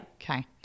Okay